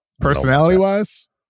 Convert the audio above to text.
Personality-wise